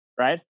right